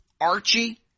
Archie